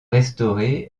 restaurée